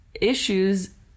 issues